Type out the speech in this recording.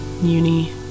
Uni